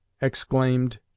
exclaimed